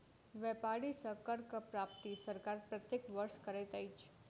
व्यापारी सॅ करक प्राप्ति सरकार प्रत्येक वर्ष करैत अछि